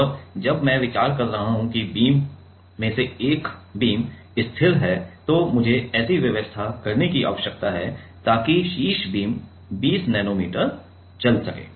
और जब मैं विचार कर रहा हूं कि बीम में से एक स्थिर है तो मुझे ऐसी व्यवस्था करने की आवश्यकता है ताकि शीर्ष बीम 20 नैनोमीटर चल सके